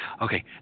okay